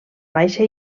baixa